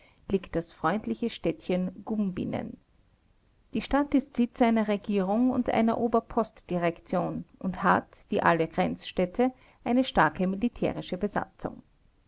liegt das freundliche städtchen gumbinnen die stadt ist sitz einer regierung und einer oberpostdirektion und hat wie alle grenzstädte eine starke militärische besatzung